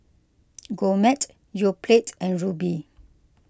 Gourmet Yoplait and Rubi